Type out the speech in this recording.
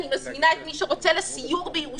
אני מזמינה את מי שרוצה לסיור בירושלים,